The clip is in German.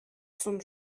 zum